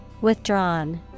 Withdrawn